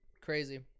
Crazy